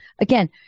again